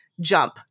jump